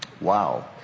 Wow